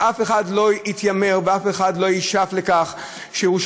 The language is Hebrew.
שאף אחד לא יתיימר ואף אחד לא ישאף לכך שירושלים,